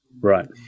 Right